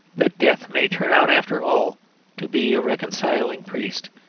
that death may turn out after all to be a reconciling priest,